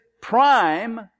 prime